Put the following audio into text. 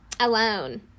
Alone